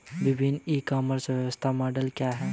विभिन्न e commerce व्यवसाय model क्या हैं?